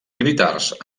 militars